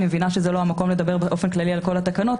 אני מבינה שזה לא המקום לדבר באופן כללי על כל התקנות,